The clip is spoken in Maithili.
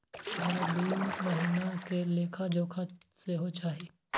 हमरा दूय महीना के लेखा जोखा सेहो चाही